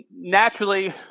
naturally